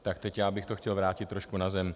Tak teď bych to chtěl vrátit trošku na zem.